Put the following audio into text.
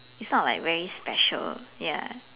it's not like very special ya